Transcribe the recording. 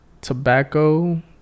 tobacco